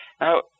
Now